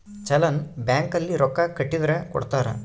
challan bank ಅಲ್ಲಿ ರೊಕ್ಕ ಕಟ್ಟಿದರ ಕೋಡ್ತಾರ